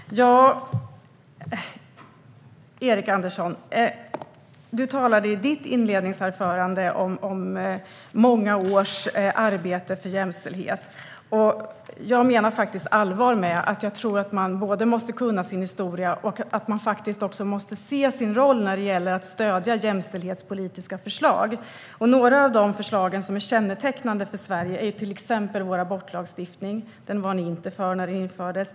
Fru talman! Erik Andersson! Du talade i ditt inledningsanförande om många års arbete för jämställdhet. Jag menar allvar med att jag tror att man både måste kunna sin historia och måste se sin roll när det gäller att stödja jämställdhetspolitiska förslag. Kännetecknande för Sverige är till exempel vår abortlagstiftning. Den var ni inte för när den infördes.